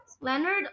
Leonard